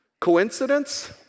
Coincidence